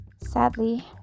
sadly